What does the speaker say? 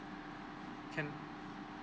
can